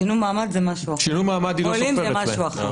שינו מעמד זה משהו אחר, עולים זה משהו אחר.